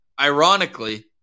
ironically